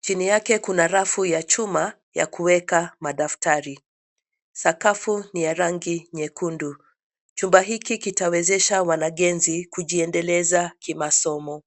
Chini yake kuna rafu ya chuma ya kuweka madaftari. Sakafu ni ya rangi nyekundu. Chumba hiki kitawezesha wanagenzi kujiendeleza kimasomo.